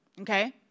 Okay